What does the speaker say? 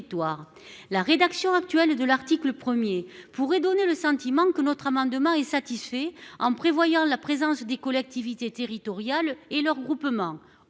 La rédaction actuelle de l'article 1 pourrait donner le sentiment que notre amendement est satisfait, puisqu'il prévoit la présence des collectivités territoriales et de leurs groupements.